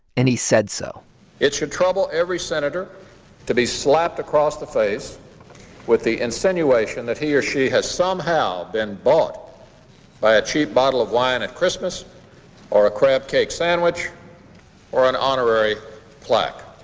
and he said so it should trouble every senator to be slapped across the face with the insinuation that he or she has somehow been bought by a cheap bottle of wine at christmas or a crab cake sandwich or an honorary plaque